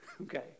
Okay